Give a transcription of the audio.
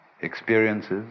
experiences